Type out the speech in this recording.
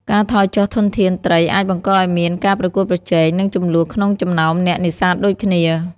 ការថយចុះធនធានត្រីអាចបង្កឱ្យមានការប្រកួតប្រជែង និងជម្លោះក្នុងចំណោមអ្នកនេសាទដូចគ្នា។